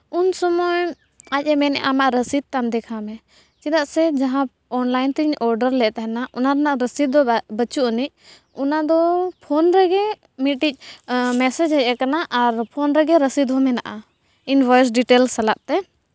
ᱩᱱ ᱥᱚᱢᱚᱭ ᱟᱡᱽ ᱮ ᱢᱮᱱᱮᱜᱼᱟ ᱟᱢᱟᱜ ᱨᱚᱥᱤᱫ ᱛᱟᱢ ᱫᱮᱠᱷᱟᱣᱢᱮ ᱪᱮᱫᱟᱜ ᱥᱮ ᱡᱟᱦᱟᱸ ᱚᱱᱞᱟᱭᱤᱱ ᱛᱮᱧ ᱚᱰᱟᱨ ᱞᱮᱫ ᱛᱟᱦᱮᱱᱟ ᱚᱱᱟ ᱨᱮᱱᱟᱜ ᱨᱚᱥᱤᱫ ᱫᱚ ᱵᱟᱭ ᱵᱟᱹᱪᱩᱜ ᱟᱹᱱᱤᱡ ᱚᱱᱟ ᱫᱚ ᱯᱷᱳᱱ ᱨᱮᱜᱮ ᱢᱤᱫᱴᱮᱱ ᱢᱮᱥᱮᱡ ᱦᱮᱡ ᱟᱠᱟᱱᱟ ᱟᱨ ᱯᱷᱳᱱ ᱨᱮᱜᱮ ᱨᱚᱥᱤᱫ ᱦᱚᱸ ᱢᱮᱱᱟᱜᱼᱟ ᱤᱱ ᱵᱷᱚᱭᱮᱥ ᱰᱤᱴᱮᱞᱥ ᱥᱟᱞᱟᱛᱮ